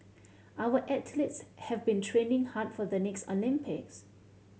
our athletes have been training hard for the next Olympics